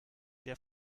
der